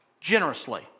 generously